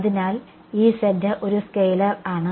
അതിനാൽ ഒരു സ്കെയിലർ ആണ്